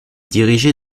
dirigé